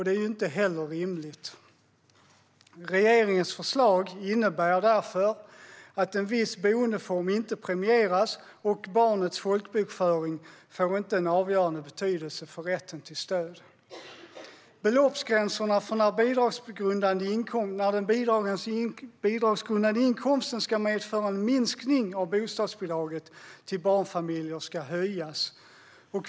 Det är inte heller rimligt. Regeringens förslag innebär därför att en viss boendeform inte premieras, och barnets folkbokföring får inte en avgörande betydelse för rätten till stöd. Beloppsgränserna för när den bidragsgrundande inkomsten ska medföra en minskning av bostadsbidraget till barnfamiljer ska höjas.